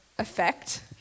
effect